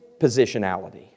positionality